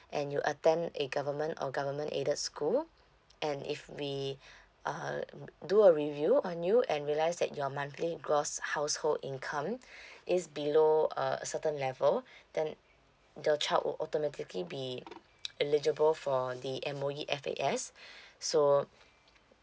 and you attend a government or government aided school and if we uh do a review on you and realize that your monthly gross household income is below a certain level then your child will automatically be eligible for the M_O_E F_A_S so